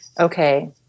okay